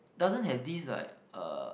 doesn't have this like uh